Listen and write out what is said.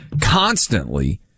constantly